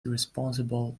responsible